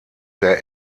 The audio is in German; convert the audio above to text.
der